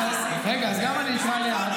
אז גם אני אקרא לאט.